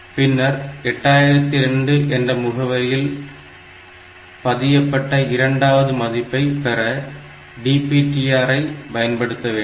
பின்னர் 8002 என்ற முகவரியில் பதியப்பட்ட இரண்டாவது மதிப்பை பெற DPTR ஐ பயன்படுத்த வேண்டும்